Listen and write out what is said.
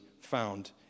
found